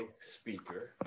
speaker